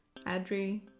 Adri